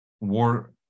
war